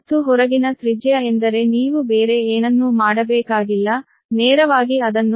ಮತ್ತು ಹೊರಗಿನ ತ್ರಿಜ್ಯ ಎಂದರೆ ನೀವು ಬೇರೆ ಏನನ್ನೂ ಮಾಡಬೇಕಾಗಿಲ್ಲ ನೇರವಾಗಿ ಅದನ್ನು 0